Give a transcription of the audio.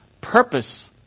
purpose